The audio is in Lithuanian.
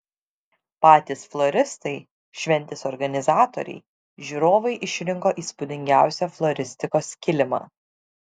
patys floristai šventės organizatoriai žiūrovai išrinko įspūdingiausią floristikos kilimą